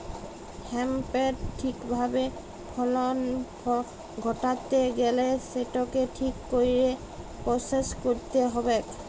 হ্যাঁম্পের ঠিক ভাবে ফলল ঘটাত্যে গ্যালে সেটকে ঠিক কইরে পরসেস কইরতে হ্যবেক